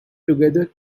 together